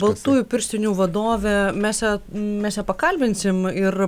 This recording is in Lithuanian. baltųjų pirštinių vadovę mes ją mes ją pakalbinsim ir